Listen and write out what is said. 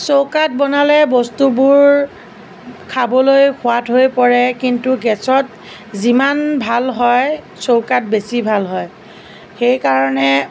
চৌকাত বনালে বস্তুবোৰ খাবলৈ সোৱাদ হৈ পৰে কিন্তু গেছত যিমান ভাল হয় চৌকাত বেছি ভাল হয় সেই কাৰণে